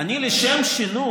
אני, לשם שינוי,